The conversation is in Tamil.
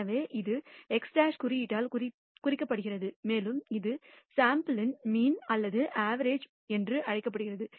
எனவே இது x̅ குறியீட்டால் குறிக்கப்படுகிறது மேலும் இது சாம்பிள் யின் மீன் அல்லது அவரேஜ் என்றும் அழைக்கப்படுகிறது